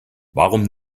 warum